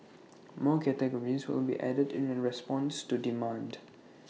more categories will be added in response to demand